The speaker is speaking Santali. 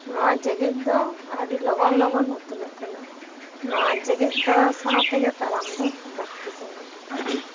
ᱱᱚᱣᱟ ᱡᱮᱜᱮᱛ ᱫᱚ ᱟᱹᱰᱤ ᱞᱚᱜᱚᱱ ᱞᱚᱜᱚᱱ ᱩᱛᱱᱟᱹᱜ ᱠᱟᱱᱟ ᱱᱚᱣᱟ ᱡᱮᱜᱮᱛ ᱛᱟᱞᱟ ᱥᱟᱶ ᱛᱮᱜᱮ ᱛᱟᱲᱟᱢ ᱫᱚ ᱞᱟᱹᱠᱛᱤ ᱠᱟᱱᱟ